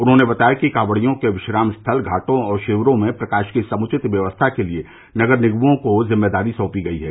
उन्होंने बताया कि कॉवड़ियों के विश्राम स्थल घाटों और षिविरों में प्रकाष की समुचित व्यवस्था के लिए नगर निगमों को जिम्मेदारी सौंपी गयी है